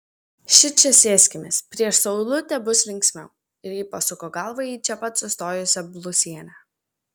šičia sėskimės prieš saulutę bus linksmiau ir ji pasuko galvą į čia pat sustojusią blusienę